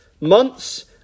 months